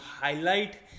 highlight